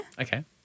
Okay